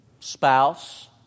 Spouse